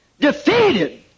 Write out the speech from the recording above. defeated